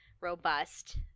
robust